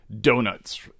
Donuts